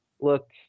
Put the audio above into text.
look